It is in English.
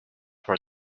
for